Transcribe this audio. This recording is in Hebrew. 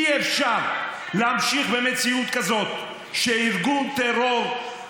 אי-אפשר להמשיך במציאות כזאת שארגון טרור,